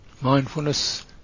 Mindfulness